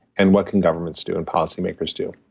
and what can governments do and policymakers do?